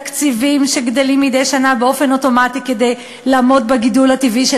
תקציבים שגדלים מדי שנה באופן אוטומטי כדי לעמוד בגידול הטבעי של